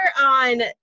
on